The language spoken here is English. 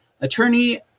Attorney